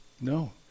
No